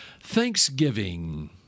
Thanksgiving